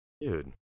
Dude